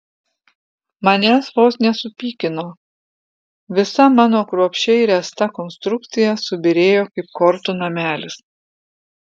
manęs vos nesupykino visa mano kruopščiai ręsta konstrukcija subyrėjo kaip kortų namelis